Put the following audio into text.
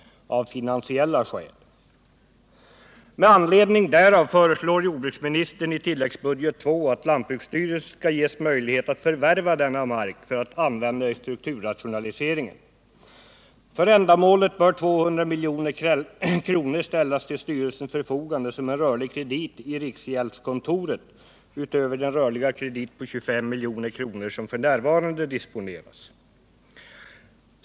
Med anledning därav föreslår jordbruksministern under tilläggsbudget II, att lantbruksstyrelsen skall ges möjlighet att förvärva denna mark för att användas i strukturrationaliseringarna. För ändamålet bör 200 milj.kr. ställas till styrelsens förfogande som en rörlig kredit i riksgäldskontoret utöver den rörliga kredit på 25 milj.kr. som f. n. disponeras.